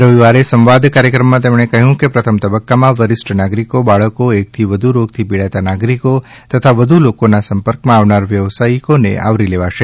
રવિવારે સંવાદ કાર્યક્રમમાં તેમણે કહ્યું કે પ્રથમ તબક્કામાં વરિષ્ઠ નાગરિકો બાળકો એકથી વધુ રોગથી પીડાતા નાગરિકો તથા વધુ લોકોના સંપર્કમાં આવનારા વ્યવસાયીકોને આવરી લેવાશે